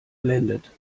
blendet